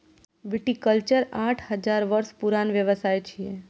viticulture आठ हजार वर्ष पुरान व्यवसाय छियै